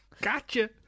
gotcha